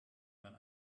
man